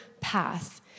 path